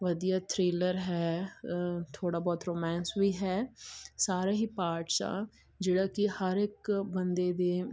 ਵਧੀਆ ਥ੍ਰੀਲਰ ਹੈ ਥੋੜ੍ਹਾ ਬਹੁਤ ਰੋਮੈਂਸ ਵੀ ਹੈ ਸਾਰੇ ਹੀ ਪਾਰਟਸ ਆ ਜਿਹੜਾ ਕਿ ਹਰ ਇੱਕ ਬੰਦੇ ਦੇ